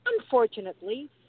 Unfortunately